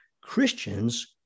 Christians